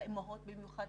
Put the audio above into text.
לאימהות במיוחד,